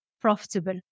profitable